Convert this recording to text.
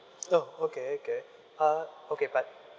oh okay okay uh okay but